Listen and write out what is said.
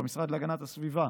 המשרד להגנת הסביבה,